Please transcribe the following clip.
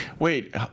Wait